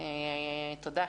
תודה.